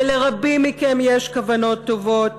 ולרבים מכם יש כוונות טובות,